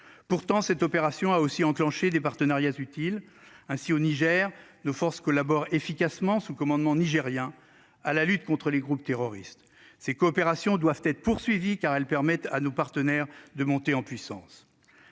Pourtant, cette opération a aussi enclencher des partenariats utiles ainsi au Niger nos forces collabore efficacement sous commandement nigérien à la lutte contre les groupes terroristes ces coopérations doivent être poursuivis car elles permettent à nos partenaires de monter en puissance.